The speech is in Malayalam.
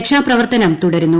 രക്ഷാപ്രവർത്തനം തുടരുന്നു